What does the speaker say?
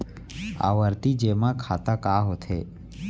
आवर्ती जेमा खाता का होथे?